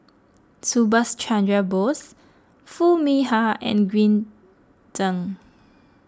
Subhas Chandra Bose Foo Mee Har and Green Zeng